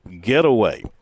getaway